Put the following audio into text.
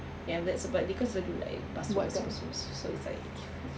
and that's because sebab dulu like basuh basuh basuh basuh so it's like